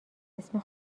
اسم